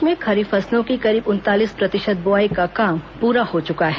प्रदेश में खरीफ फसलों की करीब उनतालीस प्रतिशत बोआई का काम पूरा हो चुका है